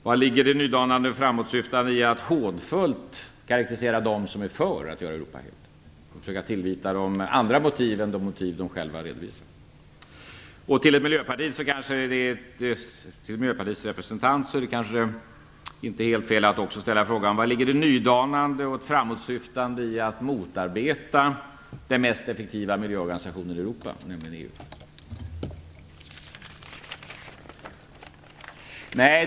Var ligger det nydanande och framåtsyftande i att hånfullt karaktärisera dem som är för att göra Europa helt och försöka tillvita dem andra motiv än de motiv som de själva redovisar? Till Miljöpartiets representant är det kanske inte helt fel att ställa frågan: Var ligger den nydanande och framåtsyftande i att motarbeta den mest effektiva miljöorganisationen i Europa, nämligen EU?